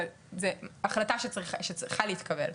אבל זו החלטה שצריכה להתקבל.